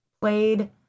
played